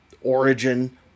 origin